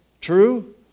true